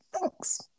Thanks